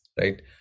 right